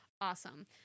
Awesome